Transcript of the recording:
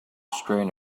strewn